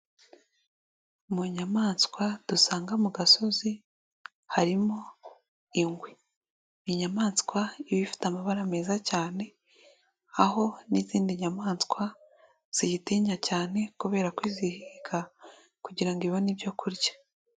Mu nyamaswa dusanga mu gasozi harimo ingwe. Ni inyamaswa iba ifite amabara meza cyane aho n'izindi nyamaswa ziyitinya cyane kubera kuzihiga kugira ngo ibone ibyo kurya.